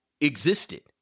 existed